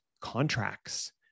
contracts